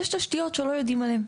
יש תשתיות שלא יודעים עליהן.